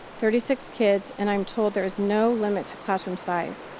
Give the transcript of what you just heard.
thirty six kids and i'm told there is no limit to classroom size.